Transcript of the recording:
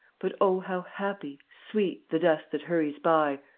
but, oh, how happy, sweet, the dust that hurries by,